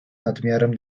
nadmiarem